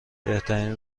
بهترین